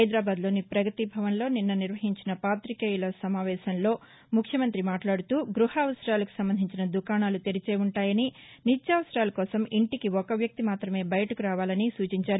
హైదరాబాద్లోని ప్రపగతిభవన్లో నిన్న నిర్వహించిన పాతికేయుల సమావేశంలో ముఖ్యమంగ్రి మాట్లాడుతూ గృహ అవసరాలకు సంబంధించిన దుకాణాలు తెరిచే ఉంటాయని నిత్యావసరాల కోసం ఇంటీకి ఒక వ్యక్తి మాత్రమే బయటకు రావాలనీ సూచించారు